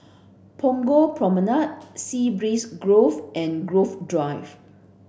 Punggol Promenade Sea Breeze Grove and Grove Drive